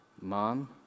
Mom